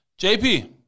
JP